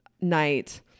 night